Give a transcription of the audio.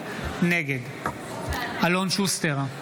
נגד אלון שוסטר,